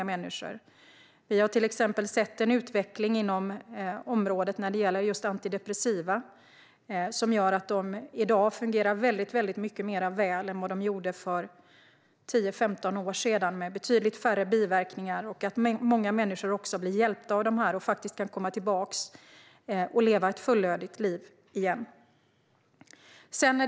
Vi har till exempel sett en utveckling när det gäller antidepressiva läkemedel som gör att dessa i dag fungerar väldigt mycket bättre - med betydligt färre biverkningar - än vad de gjorde för 10-15 år sedan. Många människor blir hjälpta av dem och kan komma tillbaka och leva fullödiga liv igen.